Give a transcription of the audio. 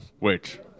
Wait